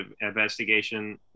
investigation